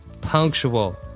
punctual